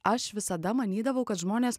aš visada manydavau kad žmonės